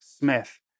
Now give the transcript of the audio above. Smith